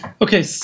Okay